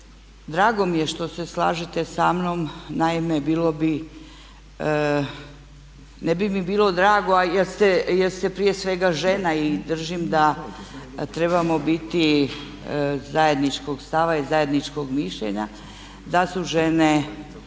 drago mi je što se slažete samnom, naime bilo bi, ne bi mi bilo drago jer ste prije svega žena i držim da trebamo biti zajedničkog stava i zajedničkog mišljenja da su žene